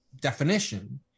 definition